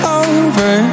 over